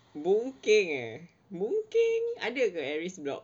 boon keng eh boon keng ada ke at risk block